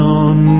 on